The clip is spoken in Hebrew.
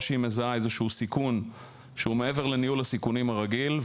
או שהיא מזהה איזשהו סיכון שהוא מעבר לניהול הסיכונים הרגיל.